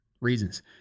reasons